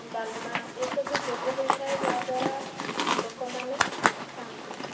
ଡାଲମା ଏସବୁ ଭୋଗ ହୋଇଥାଏ ଯାହାଦ୍ୱାରା ଲୋକମାନେ ଖାଆନ୍ତି